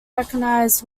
recognized